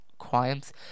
crimes